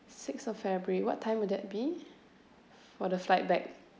six of february what time would that be for the flight back